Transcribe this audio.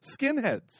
skinheads